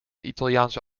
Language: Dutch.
italiaanse